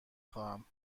خواهم